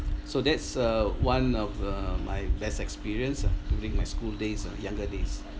so that's uh one of uh my best experience uh during my school days uh younger days